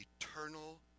eternal